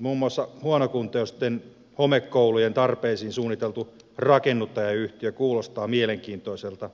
muun muassa huonokuntoisten homekoulujen tarpeisiin suunniteltu rakennuttajayhtiö kuulostaa mielenkiintoiselta